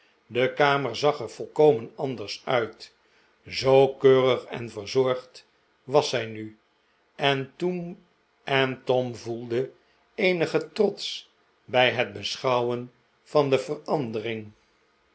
de kamer zag er volkomen anders uit zoo keurig en verzorgd was zij nu en tom voelde eenigen trots bij het beschouwen van de verandeeindelijk